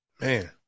man